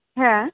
हा